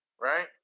right